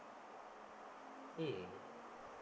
mm